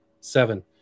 Seven